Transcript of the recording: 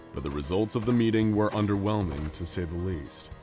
but the results of the meeting were underwhelming to say the least.